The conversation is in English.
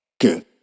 Good